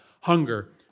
hunger